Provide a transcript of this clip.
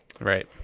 Right